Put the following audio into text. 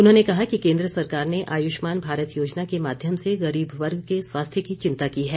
उन्होंने कहा कि केन्द्र सरकार ने आयुष्मान भारत योजना के माध्यम से गरीब वर्ग के स्वास्थ्य की चिंता की है